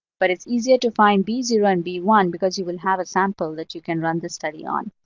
but it's easier to find b zero and b one because you will have a sample that you can run the study on.